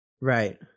Right